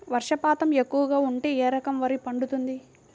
వర్షపాతం ఎక్కువగా ఉంటే ఏ రకం వరి పండుతుంది?